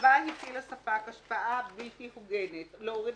שבה הפעיל הספק השפעה בלתי הוגנת," נוריד